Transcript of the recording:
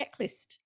checklist